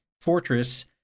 fortress